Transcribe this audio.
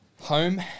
home